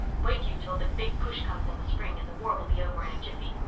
wait you till the big push comes in the spring and the war will be over in a jiffy.